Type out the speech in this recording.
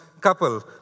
couple